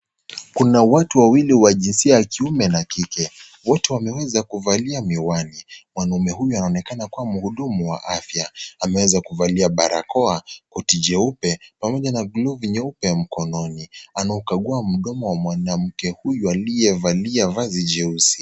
Kuna watu wawili wa jinsia ya kiume na kike, wote wameweza kuvalia miwani. Mwanaume huyu anaonekana kuwa mhudumu wa afya ameweza kuvalia barakoa, koti jeupe pamoja na glovu nyeupe ya mkononi ,anaukagua mdomo wa mwanamke huyo aliyevalia vazi jeusi.